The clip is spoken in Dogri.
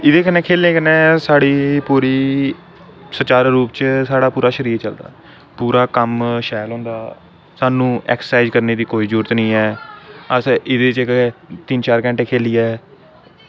एह्दे कन्नै खेलने कन्नै साढ़ी पूरी सुचारू रूप च साढ़ा पूरा शरीर चलदा पूरा कम्म शैल होंदा सानू ऐक्सरसाइज करने दी कोई जरूरत निं ऐ अस एह्दे च तिन्न चार घैंटे खेलियै